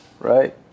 right